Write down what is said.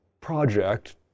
project